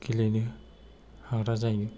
गेलेनो हाग्रा जायो